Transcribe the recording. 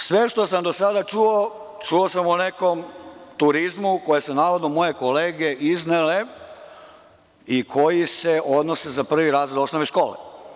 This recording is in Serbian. Sve što sam do sada čuo, čuo sam o nekom turizmu koje su, navodno, moje kolege iznele i koji se odnose za prvi razred osnovne škole.